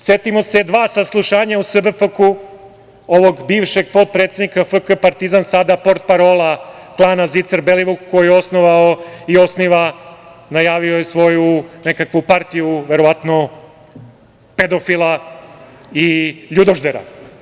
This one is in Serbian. Setimo se dva saslušanja u SBPOK-u ovog bivšeg potpredsednika FK „Partizan“, sada potparola Zvicer-Belivuk koji je osnovao i osniva, najavio je svoju nekakvu partiju, verovatno pedofila i ljudoždera.